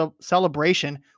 celebration